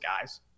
guys